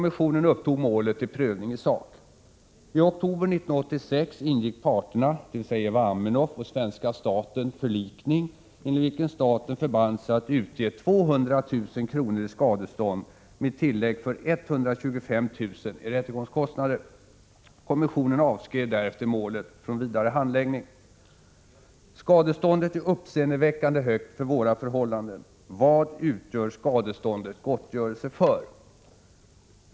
I oktober 1986 ingick parterna — dvs. Eva Aminoff och svenska staten — förlikning, enligt vilken staten förband sig att utge 200 000 kr. i skadestånd med tillägg för 125 000 kr. i rättegångskostnader. Kommissionen avskrev därefter målet från vidare handläggning. Skadeståndet är uppseendeväckande högt för våra förhållanden. Vad utgör skadeståndet gottgörelse för?